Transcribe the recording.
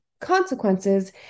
consequences